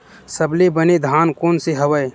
सबले बने धान कोन से हवय?